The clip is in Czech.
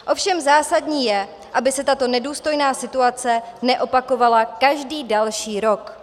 Ovšem zásadní je, aby se tato nedůstojná situace neopakovala každý další rok.